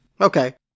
Okay